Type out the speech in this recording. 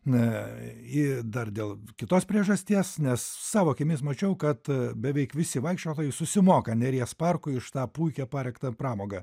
na i dar dėl kitos priežasties nes savo akimis mačiau kad beveik visi vaikščiotojai susimoka neries parkui už tą puikią parengtą pramogą